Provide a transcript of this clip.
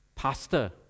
pastor